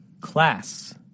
Class